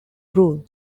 rule